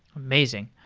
amazing.